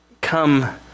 Come